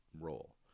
role